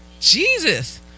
Jesus